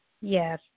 Yes